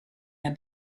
naar